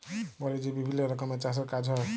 বলে যে বিভিল্ল্য রকমের চাষের কাজ হ্যয়